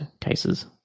cases